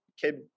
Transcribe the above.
kid